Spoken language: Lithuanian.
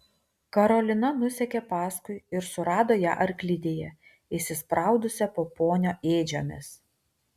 karolina nusekė paskui ir surado ją arklidėje įsispraudusią po ponio ėdžiomis